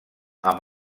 amb